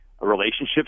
relationships